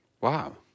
Wow